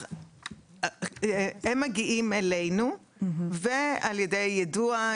הם מגיעים אלינו על ידי יידוע,